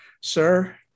sir